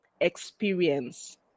experience